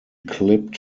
clipped